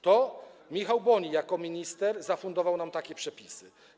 To Michał Boni jako minister zafundował nam takie przepisy.